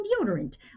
deodorant